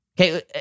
Okay